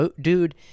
dude